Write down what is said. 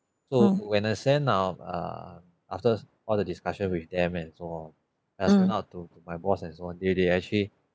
so when I send um err after all the discussion with them and so on I send out to my boss and so on they they actually